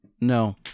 no